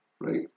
right